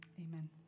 Amen